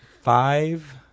five